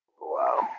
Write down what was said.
Wow